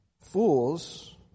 fools